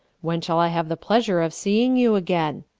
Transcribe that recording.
when shall i have the pleasure of seeing you again?